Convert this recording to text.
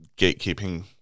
gatekeeping